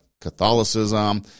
Catholicism